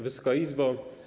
Wysoka Izbo!